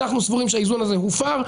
אנחנו סבורים שהאיזון הזה הופר,